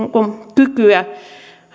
kykyä